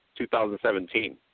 2017